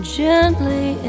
gently